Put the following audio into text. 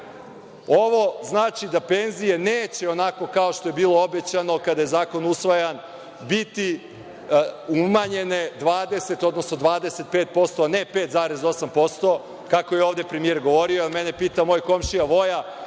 ovo znači da penzije neće onako kao što je bilo obećano kada je zakon usvajan, biti umanjene 20 odnosno 25%, a ne 5,8% kako je ovde premijer govorio. Mene pita moj komšija Voja